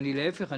להפך,